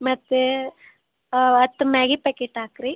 ಮತ್ತು ಹತ್ತು Maggi packet ಹಾಕ್ರಿ